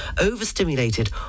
overstimulated